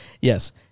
yes